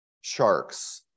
sharks